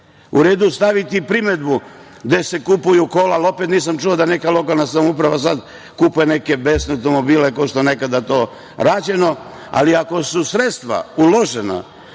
U redu staviti primedbu gde se kupuju kola, ali opet nisam čuo neka lokalna samouprava sada kupuje neke besne automobile, kao što je nekada to rađeno. Ali, ako su sredstva uložena